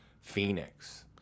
Phoenix